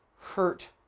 hurt